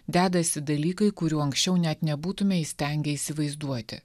dedasi dalykai kurių anksčiau net nebūtume įstengę įsivaizduoti